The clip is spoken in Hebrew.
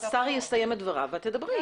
השר יסיים את דבריו ואת תדברי.